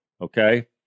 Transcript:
okay